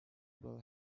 will